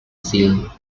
seal